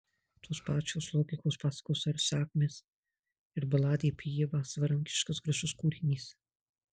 tos pačios logikos pasakos ar sakmės ir baladė apie ievą savarankiškas gražus kūrinys